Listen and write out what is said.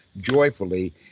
joyfully